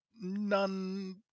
none